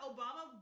Obama